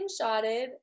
screenshotted